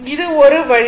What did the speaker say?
இது ஒரு வழி